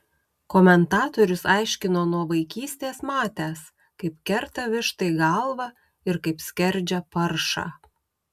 komentatorius aiškino nuo vaikystės matęs kaip kerta vištai galvą ir kaip skerdžia paršą